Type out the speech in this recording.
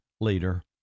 later